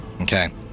Okay